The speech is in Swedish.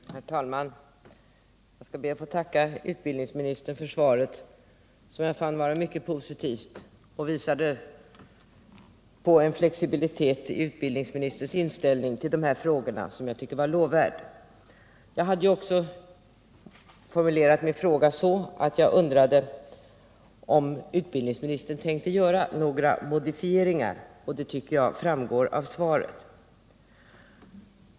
Herr talman! Jag skall be att få tacka utbildningsministern för svaret, som jag fann vara mycket positivt. Det visade en flexibilitet i utbildningsministerns inställning till de här frågorna som jag tycker är lovvärd. Jag hade formulerat min fråga så att jag undrade om utbildningsministern tänkte göra några modifieringar, och att så är fallet tycker jag framgår av svaret.